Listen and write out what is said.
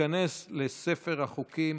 ותיכנס לספר החוקים